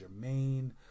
Jermaine